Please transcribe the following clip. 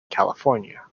california